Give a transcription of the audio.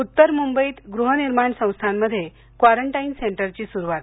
उत्तर मुंबईत गृहनिर्माण संस्थांमध्ये क्वारंटाईन सेंटरची सुरुवात